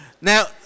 Now